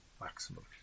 maximum